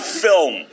film